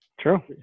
True